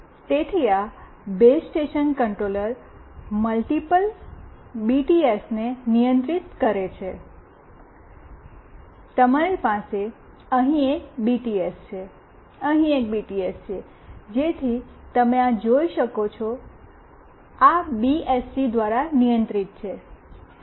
તેથી આ base station controller multiple બીટીએસને નિયંત્રિત કરે છે તમારી પાસે અહીં એક બીટીએસ છે જેથી તમે આ જોઈ શકો છો આ બીએસસી દ્વારા નિયંત્રિત છે